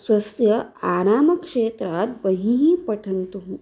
स्वस्य आरामक्षेत्रात् बहिः पठन्तु